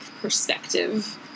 perspective